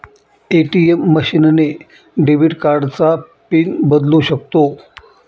ATM machine ने debit कार्डचा pin बदलू शकतो